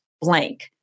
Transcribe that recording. blank